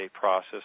process